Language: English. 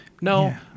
No